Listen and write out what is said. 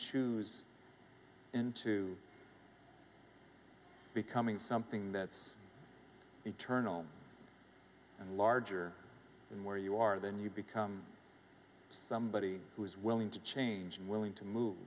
choose into becoming something that's eternal and larger than where you are then you become somebody who is willing to change and willing to move